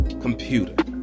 computer